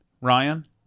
Ryan